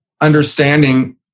understanding